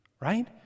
right